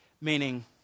Meaning